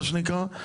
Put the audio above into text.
מה שנקרא.